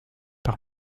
par